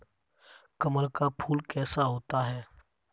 कमल का फूल कैसा होता है?